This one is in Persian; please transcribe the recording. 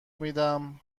میدمهر